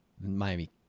Miami